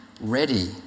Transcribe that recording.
ready